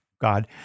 God